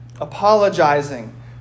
apologizing